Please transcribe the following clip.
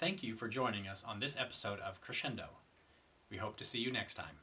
thank you for joining us on this episode of crescendo we hope to see you next time